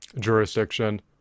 jurisdiction